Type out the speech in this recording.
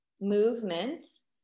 movements